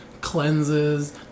cleanses